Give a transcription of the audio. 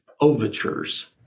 overtures